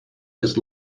just